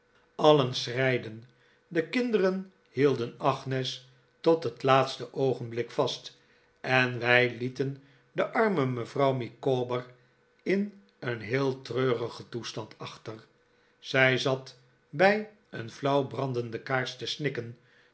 allen david copperfield schreiden de kinderen hielden agnes tot het laatste oogenblik vast en wij lieten de arme mevfouw micawber in een heel treurigen toestand achter zij zat bij een flauw brandende kaars te snikken